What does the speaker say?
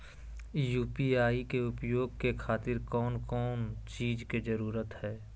UPI के उपयोग के खातिर कौन कौन चीज के जरूरत है?